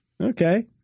Okay